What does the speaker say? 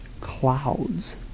clouds